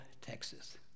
Texas